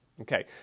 Okay